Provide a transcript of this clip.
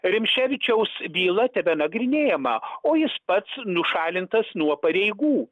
rimšėvičiaus byla tebenagrinėjama o jis pats nušalintas nuo pareigų